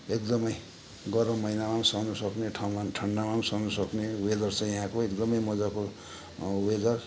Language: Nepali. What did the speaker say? एकदमै गरम महिनामा पनि सहनुसक्ने ठाउँमा ठ ठन्डामा पनि सहनुसक्ने वेदर छ यहाँको एकदमै मजाको वेदर